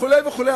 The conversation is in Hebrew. וכו' וכו'.